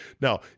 Now